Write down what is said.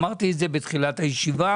אמרתי את זה בתחילת הדיון.